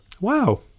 Wow